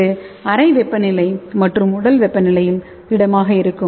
இது அறை வெப்பநிலை மற்றும் உடல் வெப்பநிலையில் திடமாக இருக்கும்